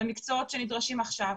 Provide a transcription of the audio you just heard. למקצועות שנדרשים עכשיו.